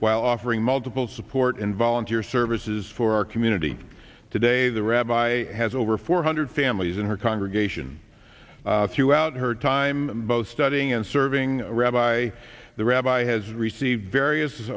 while offering multiple support and volunteer services for our community today the rabbi has over four hundred families in her congregation throughout her time both studying and serving rabbi the rabbi has received various